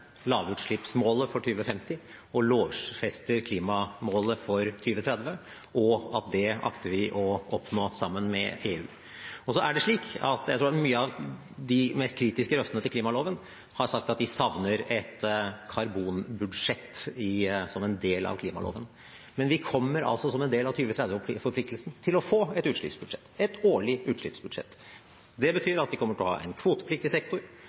lavutslippsmålet for 2050 og klimamålet for 2030. Det akter vi å oppnå sammen med EU. Så er det slik at mange av de mest kritiske røstene til klimaloven har sagt at de savner et karbonbudsjett som en del av klimaloven. Men vi vil – som en del av 2030-forpliktelsen – få et årlig utslippsbudsjett. Det betyr at vi kommer til å ha en kvotepliktig sektor